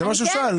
זה מה שהוא שאל.